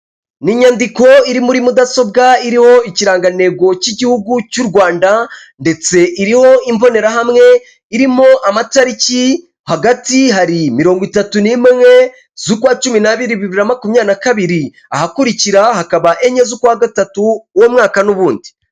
Ni inyandiko iri muri mudasobwa iriho ikirangantego cy'igihugu cy'u Rwanda, ndetse iriho imbonerahamwe irimo amatariki hagati hari mirongo itatu n'imwe z'ukwawa cumi n'abiri bibiri na makumyabiri na kabiri ahakurikira hakaba enye z'u kuwa gatatu uwo mwaka n'ubundi.